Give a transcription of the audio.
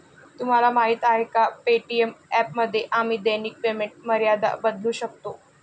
तुम्हाला माहीत आहे का पे.टी.एम ॲपमध्ये आम्ही दैनिक पेमेंट मर्यादा बदलू शकतो?